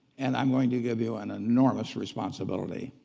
and i'm going to give you an enormous responsibility.